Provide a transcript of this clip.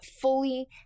fully